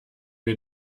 wir